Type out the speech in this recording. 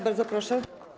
Bardzo proszę.